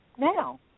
now